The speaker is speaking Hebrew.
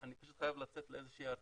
אני פשוט חייב לצאת לאיזה שהיא הרצאה,